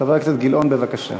חבר הכנסת גילאון, בבקשה.